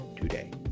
today